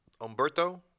Umberto